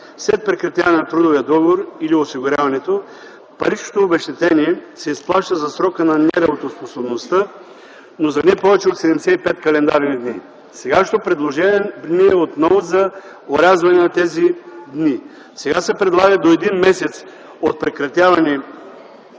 след прекратяване на трудовия договор или осигуряването, паричното обезщетение се изплаща за срока на неработоспособността, но за не повече от 75 календарни дни. Сегашното предложение е отново за орязване на тези дни. Сега се предлага - до един месец от прекратяване на